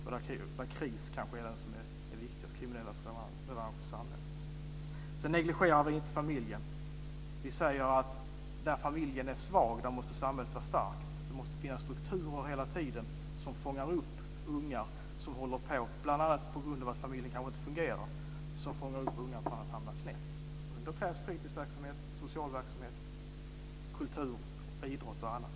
KRIS är kanske den viktigaste, dvs. Kriminellas revansch i samhället. Vi negligerar inte familjen. Vi säger att där familjen är svag måste samhället vara starkt. Det måste hela tiden finnas strukturer som fångar upp ungdomar som hamnar snett bl.a. på grund av att familjen kanske inte fungerar. Då krävs det fritidsverksamhet, social verksamhet, kultur, idrott och annat.